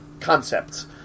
concepts